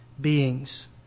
beings